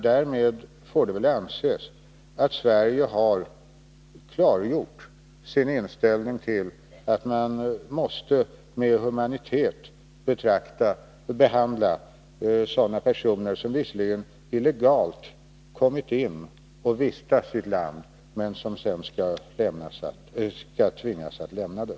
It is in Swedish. Därmed får det väl anses att Sverige har klargjort sin inställning, att man måste med humanitet behandla sådana personer som visserligen illegalt kommit in i och vistas i ett land men som sedan tvingas att lämna det.